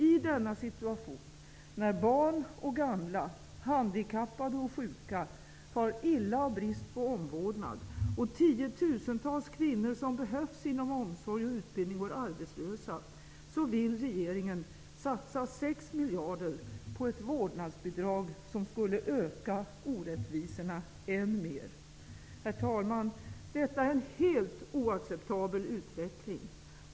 I denna situation, när barn och gamla, handikappade och sjuka far illa av brist på god omvårdnad och tiotusentals kvinnor som behövs inom omsorg och utbildning går arbetslösa, vill regeringen satsa 6 miljarder på ett vårdnadsbidrag, som skulle öka orättvisorna än mer. Herr talman! Detta är en helt oacceptabel utveckling.